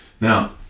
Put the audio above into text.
Now